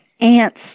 ants